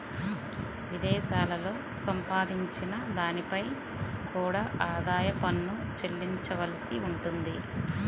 విదేశాలలో సంపాదించిన దానిపై కూడా ఆదాయ పన్ను చెల్లించవలసి ఉంటుంది